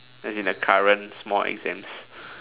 as in the current small exams